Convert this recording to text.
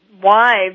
wives